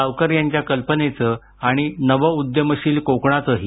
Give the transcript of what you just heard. गावकर यांच्या कल्पनेचं आणि नवउद्यमशील कोकणाचंही